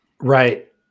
Right